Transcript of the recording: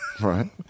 right